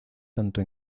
tanto